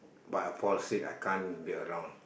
but I fall sick I can't be around